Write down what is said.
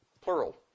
plural